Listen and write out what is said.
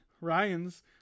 Ryan's